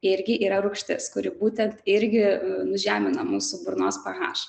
irgi yra rūgštis kuri būtent irgi nužemina mūsų burnos ph